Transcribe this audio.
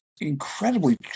incredibly